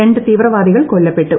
രണ്ടു തീവ്രവാദികൾ കൊല്ലപ്പെട്ടു